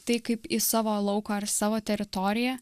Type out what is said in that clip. tai kaip į savo lauką ar į savo teritoriją